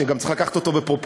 שגם צריך לקחת אותו בפרופורציות.